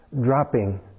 dropping